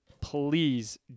please